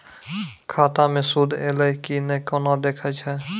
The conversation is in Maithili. खाता मे सूद एलय की ने कोना देखय छै?